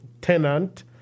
tenant